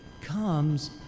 comes